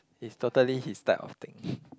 is totally his type of thing